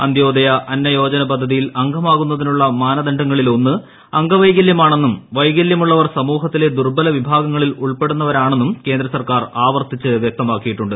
അന്ത്യോദയ അന്നയോജന പദ്ധതിയിൽ അംഗമാകുന്നതിനുള്ള മാനദണ്ഡങ്ങളിലൊന്ന് അംഗവൈകലൃമാണെന്നും വൈകലൃമുള്ളവർ സമൂഹത്തിലെ ദൂർബല വിഭാഗങ്ങളിൽ ഉൾപ്പെടുന്നവരാണെന്നും കേന്ദ്ര സർക്കാർ ആവർത്തിച്ച് വ്യക്തമാക്കിയിട്ടുണ്ട്